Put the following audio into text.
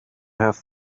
have